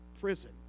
prison